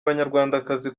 abanyarwandakazi